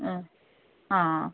ആ ആ